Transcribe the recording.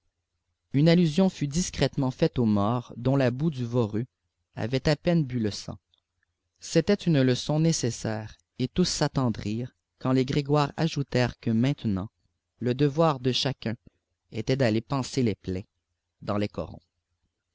une allusion fut discrètement faite aux morts dont la boue du voreux avait à peine bu le sang c'était une leçon nécessaire et tous s'attendrirent quand les grégoire ajoutèrent que maintenant le devoir de chacun était d'aller panser les plaies dans les corons